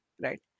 right